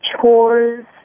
chores